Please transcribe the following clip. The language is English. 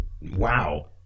wow